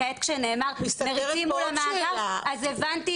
כעת כשנאמר "מריצים מול המאגר" אז הבנתי